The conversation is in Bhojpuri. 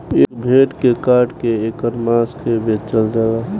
ए भेड़ के काट के ऐकर मांस के बेचल जाला